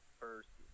first